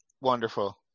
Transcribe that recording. Wonderful